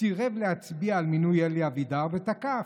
סירב להצביע על מינוי אלי אבידר ותקף: